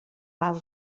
pau